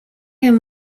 him